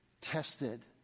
tested